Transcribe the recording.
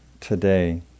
today